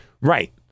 right